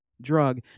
drug